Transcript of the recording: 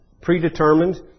predetermined